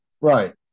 Right